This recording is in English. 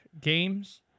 games